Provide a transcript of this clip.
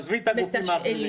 עזבי את הגופים האחרים.